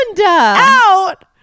Out